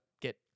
get